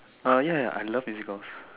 oh ya ya ya I love musicals